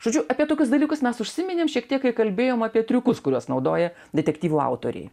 žodžiu apie tokius dalykus mes užsiminėm šiek tiek kai kalbėjom apie triukus kuriuos naudoja detektyvų autoriai